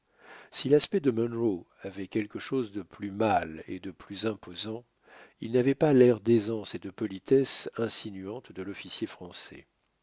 si l'aspect de munro avait quelque chose de plus mâle et de plus imposant il n'avait pas l'air d'aisance et de politesse insinuante de l'officier français